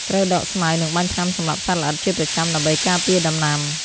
ត្រូវដកស្មៅ និងបាញ់ថ្នាំសម្លាប់សត្វល្អិតជាប្រចាំដើម្បីការពារដំណាំ។